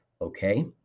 okay